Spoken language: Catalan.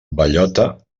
bellota